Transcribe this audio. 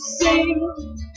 sing